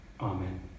Amen